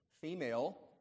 female